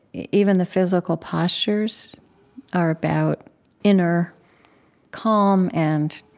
even the physical postures are about inner calm and,